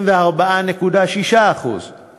24.6%;